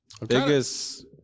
Biggest